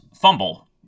fumble